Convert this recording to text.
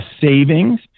savings